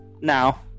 Now